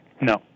No